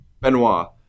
Benoit